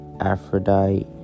Aphrodite